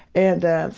and ah,